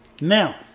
Now